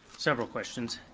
several questions.